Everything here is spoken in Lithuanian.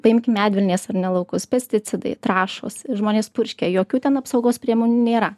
paimkim medvilnės ar ne laukus pesticidai trąšos žmonės purškia jokių ten apsaugos priemonių nėra